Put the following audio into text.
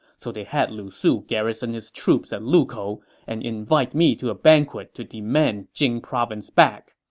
so they had lu su garrison his troops at lukou and invite me to a banquet to demand jing province back.